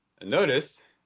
Notice